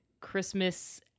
Christmas